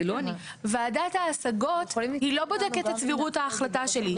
ועדת ההשגות היא לא בודקת את סבירות ההחלטה שלי,